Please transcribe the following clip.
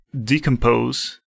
decompose